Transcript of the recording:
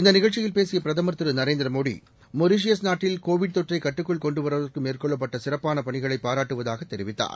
இந்தநிகழ்ச்சியில் பேசியபிரதமர் திரு நரேந்திரமோடி நாட்டல் கோவிட் தொற்றைகட்டுக்குள் கொள்டுவருவதற்குமேற்கொள்ளப்பட்டசிறப்பானபனிகளைபாராட்டுவதாகதெரிவித்தார்